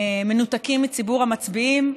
מנותקים מציבור המצביעים,